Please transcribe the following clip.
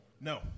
No